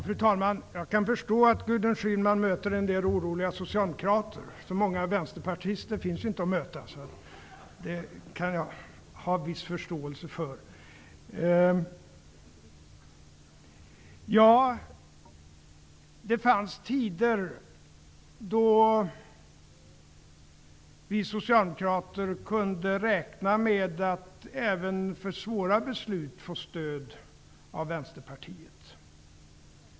Fru talman! Jag kan förstå att Gudrun Schyman möter en del oroliga socialdemokrater, för så många vänsterpartister finns det inte att möta. Så jag kan ha viss förståelse för det. Ja, det fanns tider då vi socialdemokrater kunde räkna med att även för svåra beslut få stöd av Vänsterpartiet.